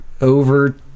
over